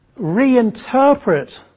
reinterpret